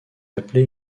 appelé